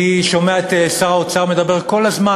אני שומע את שר האוצר מדבר כל הזמן,